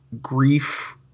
grief